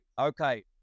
Okay